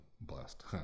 blessed